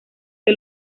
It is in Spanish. que